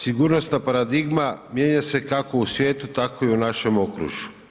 Sigurnosna paradigma mijenja se kako u svijetu tako i u našem okružuju.